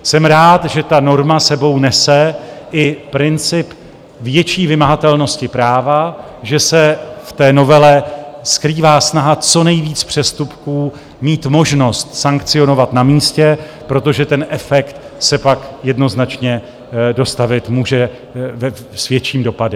Jsem rád, že ta norma s sebou nese i princip větší vymahatelnosti práva, že se v novele skrývá snaha co nejvíce přestupků mít možnost sankcionovat na místě, protože ten efekt se pak jednoznačně dostavit může s větším dopadem.